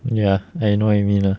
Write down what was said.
ya I know what you mean lah